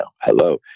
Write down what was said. hello